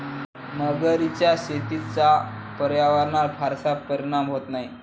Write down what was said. मगरीच्या शेतीचा पर्यावरणावर फारसा परिणाम होत नाही